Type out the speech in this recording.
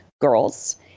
girls